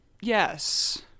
yes